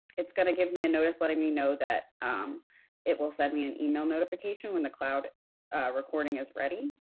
it's going to give me a notice letting me know that it will send me an email notification when the cloud recording is ready.